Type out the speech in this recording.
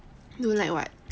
you don't like what